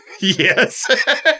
yes